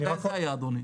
מתי זה היה אדוני?